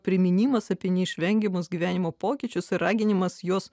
priminimas apie neišvengiamus gyvenimo pokyčius ir raginimas juos